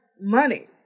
money